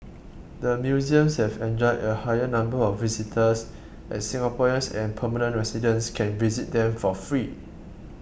the museums have enjoyed a higher number of visitors as Singaporeans and permanent residents can visit them for free